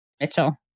Mitchell